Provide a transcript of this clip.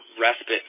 respite